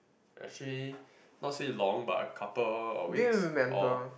actually not say long but a couple of weeks or